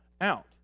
out